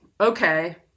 okay